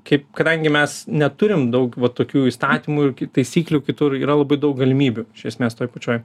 kaip kadangi mes neturim daug va tokių įstatymų taisyklių kitur yra labai daug galimybių iš esmės toj pačioj